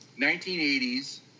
1980s